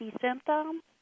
symptoms